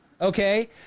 Okay